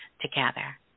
together